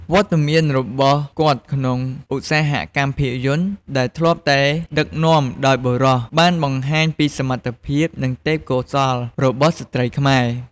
វត្តមានរបស់គាត់ក្នុងឧស្សាហកម្មភាពយន្តដែលធ្លាប់តែដឹកនាំដោយបុរស បានបង្ហាញពីសមត្ថភាព និងទេពកោសល្យរបស់ស្ត្រីខ្មែរ។